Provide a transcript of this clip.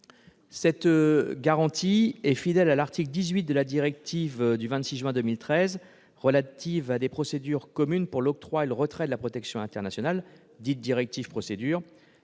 Cette garantie est fidèle à l'article 18 de la directive du 26 juin 2013 relative à des procédures communes pour l'octroi et le retrait de la protection internationale, dite « directive Procédures